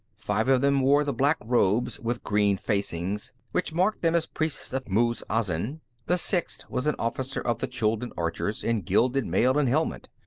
five of them wore the black robes with green facings which marked them as priests of muz-azin the sixth was an officer of the chuldun archers, in gilded mail and helmet.